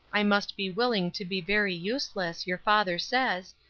i must be willing to be very useless, your father says,